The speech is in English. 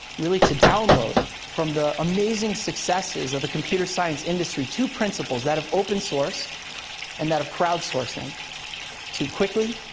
really, to download from the amazing successes of the computer-science industry, two principles that of open source and that of crowdsourcing to quickly,